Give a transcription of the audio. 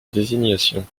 désignation